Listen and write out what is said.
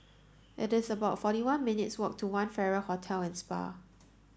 it is about forty one minutes' walk to One Farrer Hotel and Spa